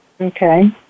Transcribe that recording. Okay